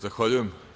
Zahvaljujem.